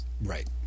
right